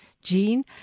Jean